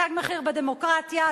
"תג מחיר" בדמוקרטיה,